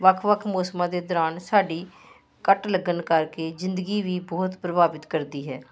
ਵੱਖ ਵੱਖ ਮੌਸਮਾਂ ਦੇ ਦੌਰਾਨ ਸਾਡੀ ਕੱਟ ਲੱਗਣ ਕਰਕੇ ਜ਼ਿੰਦਗੀ ਵੀ ਬਹੁਤ ਪ੍ਰਭਾਵਿਤ ਕਰਦੀ ਹੈ